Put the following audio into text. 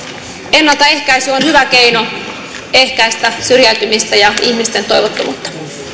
ennaltaehkäisy on hyvä keino ehkäistä syrjäytymistä ja ihmisten toivottomuutta